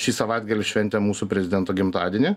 šį savaitgalį šventėm mūsų prezidento gimtadienį